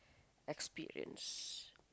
experience